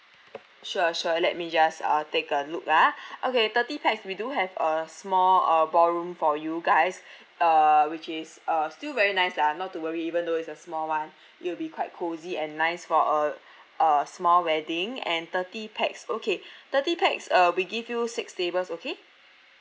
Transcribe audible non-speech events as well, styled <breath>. sure sure let me just uh take a look ah <breath> okay thirty pax we do have a small uh ballroom for you guys <breath> uh which is uh still very nice lah not to worry even though is a small [one] <breath> it will be quite cozy and nice for a <breath> a small wedding and thirty PAX okay <breath> thirty pax uh we give you six tables okay